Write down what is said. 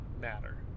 matter